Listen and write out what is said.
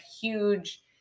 huge